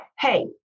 hey